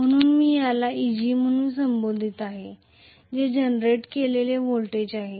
म्हणून मी याला Eg म्हणून संबोधत आहे जे जनरेट केलेले व्होल्टेज आहे